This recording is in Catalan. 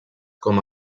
com